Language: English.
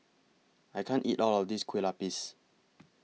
I can't eat All of This Kueh Lapis